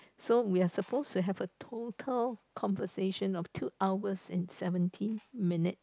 so we are supposed to have a total conversation of two hours and seventeen minutes